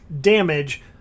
damage